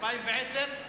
2010,